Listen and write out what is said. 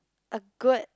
a good